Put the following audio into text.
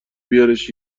بیارش